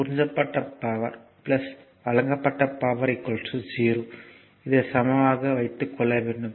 உறிஞ்சப்பட்ட பவர் வழங்கப்பட்ட பவர் 0 இதை சமமாக வைத்து கொள்ள வேண்டும்